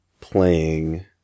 playing